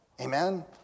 Amen